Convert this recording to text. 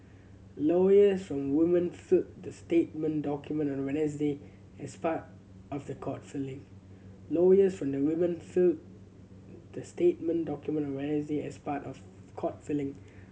lawyers for the women filed the settlement documents on Wednesday as part of the court filing lawyers for the women filed the settlement documents on Wednesday as part of court filling